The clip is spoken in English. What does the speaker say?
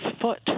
foot